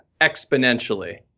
exponentially